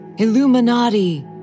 Illuminati